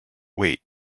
wait